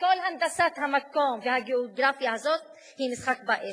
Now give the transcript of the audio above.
כל הנדסת המקום והגיאוגרפיה הזאת היא משחק באש.